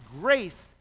grace